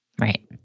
Right